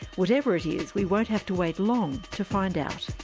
whatever it is, we won't have to wait long to find out.